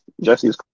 Jesse's